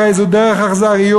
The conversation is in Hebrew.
"הרי זו דרך אכזריות,